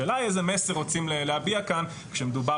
השאלה היא איזה מסר רוצים להביע כאן כאשר מדובר